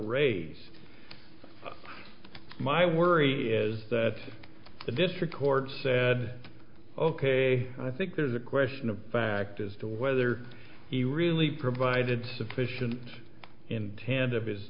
raise my worry is that the district court said ok i think there's a question of fact as to whether he really provided sufficient intended